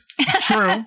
True